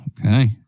Okay